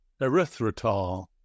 erythritol